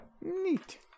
neat